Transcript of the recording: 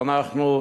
ואותנו,